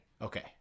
Okay